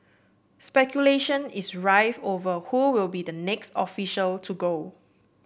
speculation is rife over who will be the next official to go